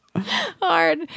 hard